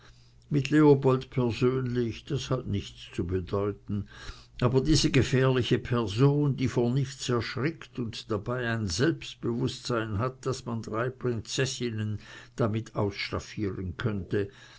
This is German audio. mit leopold persönlich das hat nichts zu bedeuten aber diese gefährliche person die vor nichts erschrickt und dabei ein selbstbewußtsein hat daß man drei prinzessinnen damit ausstaffieren könnte